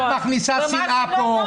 הלכתי גם לשלוש סדנאות אינטנסיביות באמריקה